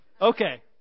okay